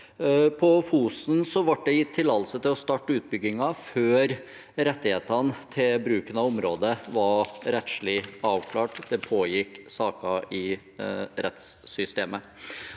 4885 sen ble det gitt tillatelse til å starte utbyggingen før rettighetene til bruken av området var rettslig avklart, det pågikk saker i rettssystemet.